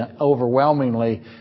overwhelmingly